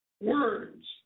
words